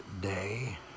day